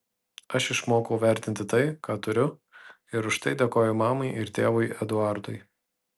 aš išmokau vertinti tai ką turiu ir už tai dėkoju mamai ir tėvui eduardui